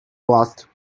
last